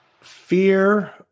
Fear